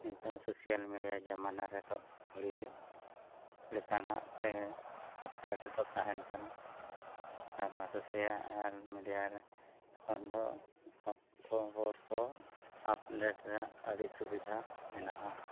ᱱᱤᱛᱚᱜ social media ᱡᱟᱢᱟᱱᱟ ᱨᱮᱫᱚ ᱟᱹᱰᱤ ᱞᱮᱠᱟᱱᱟᱜ ᱛᱮ ᱛᱟᱦᱮᱱ ᱠᱟᱱᱟ ᱟᱨ ᱥᱳᱥᱟᱞ ᱢᱤᱰᱤᱭᱟ ᱨᱮ ᱠᱷᱚᱡ ᱫᱚ ᱠᱷᱚᱵᱚᱨ ᱠᱚ ᱟᱯᱰᱮᱹᱴ ᱨᱮᱭᱟᱜ ᱟᱹᱰᱤ ᱥᱩᱵᱤᱫᱷᱟ ᱢᱮᱱᱟᱜᱼᱟ